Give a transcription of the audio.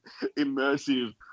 immersive